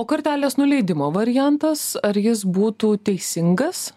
o kartelės nuleidimo variantas ar jis būtų teisingas